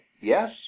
yes